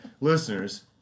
listeners